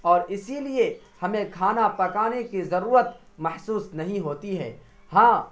اور اسی لیے ہمیں کھانا پکانے کی ضرورت محسوس نہیں ہوتی ہے ہاں